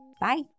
Bye